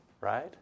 right